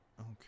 okay